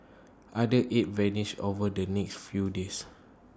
other eight vanished over the next few days